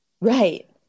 Right